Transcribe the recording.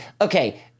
okay